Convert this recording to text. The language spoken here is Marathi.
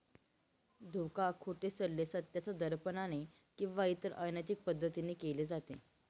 धोका, खोटे सल्ले, सत्याच्या दडपणाने किंवा इतर अनैतिक पद्धतीने केले जाते